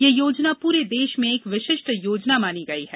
यह योजना पूरे देश में एक विशिष्टि योजना मानी गयी है